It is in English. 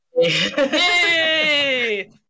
Yay